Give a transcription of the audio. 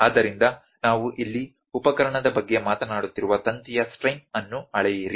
ಆದ್ದರಿಂದ ನಾವು ಇಲ್ಲಿ ಉಪಕರಣದ ಬಗ್ಗೆ ಮಾತನಾಡುತ್ತಿರುವ ತಂತಿಯ ಸ್ಟ್ರೈನ್ ಅನ್ನು ಅಳೆಯಿರಿ